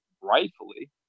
rightfully